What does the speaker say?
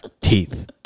teeth